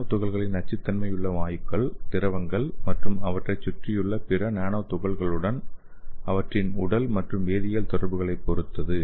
நானோ துகள்களின் நச்சுத்தன்மை வாயுக்கள் திரவங்கள் மற்றும் அவற்றைச் சுற்றியுள்ள பிற நானோ துகள்களுடன் அவற்றின் உடல் மற்றும் வேதியியல் தொடர்புகளைப் பொறுத்தது